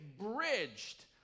bridged